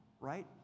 right